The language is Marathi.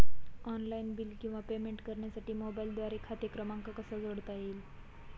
ऑनलाईन बिल किंवा पेमेंट करण्यासाठी मोबाईलद्वारे खाते क्रमांक कसा जोडता येईल?